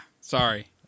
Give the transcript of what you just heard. sorry